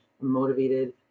motivated